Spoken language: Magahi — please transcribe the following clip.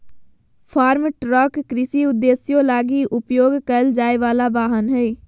फार्म ट्रक कृषि उद्देश्यों लगी उपयोग कईल जाय वला वाहन हइ